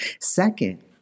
Second